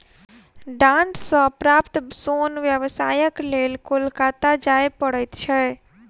डांट सॅ प्राप्त सोन व्यवसायक लेल कोलकाता जाय पड़ैत छै